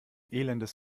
elendes